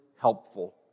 helpful